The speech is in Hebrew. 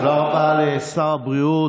תודה רבה לשר הבריאות.